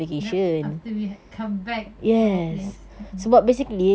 yup after we have come back to our place mmhmm